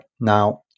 Now